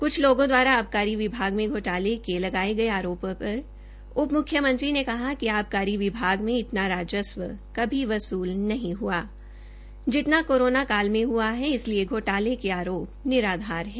कुछ लोगों द्वारा आबकारी विभाग में घोशले के लगाए गए आरोपों पर उप मुख्यमंत्री ने कहा कि आबकारी विभाग में इतना राजस्व कभी वसूल नहीं हुआ जितना कोरोना काल में हुआ है इसलिये घो ाले के आरोप निराधार है